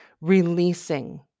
releasing